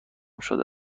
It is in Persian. شده